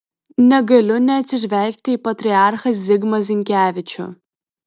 negaliu neatsižvelgti į patriarchą zigmą zinkevičių